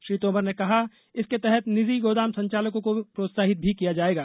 श्री तोमर ने कहा इसके तहत निजी गोदाम संचालकों को प्रोत्साहित भी किया जायेगा